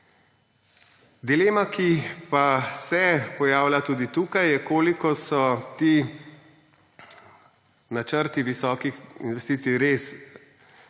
Dilema, ki se pojavlja tudi tukaj, je, koliko so ti načrti visokih investicij res